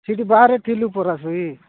ସେଠି ବାହାରେ ଥିଲୁ ପରା ସେଇ